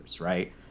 right